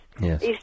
Yes